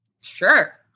Sure